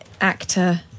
actor